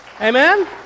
Amen